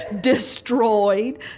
destroyed